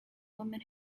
women